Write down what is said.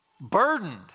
burdened